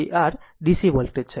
તે r DC voltage છે